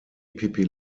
pippi